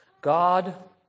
God